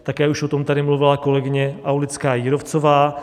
Také už o tom tady mluvila kolegyně Aulická Jírovcová.